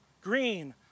green